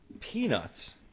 peanuts